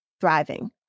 thriving